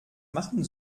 machen